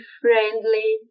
friendly